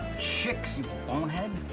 chicks, you bonehead.